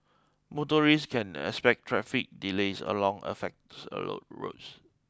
motorists can expect traffic delays along affects roads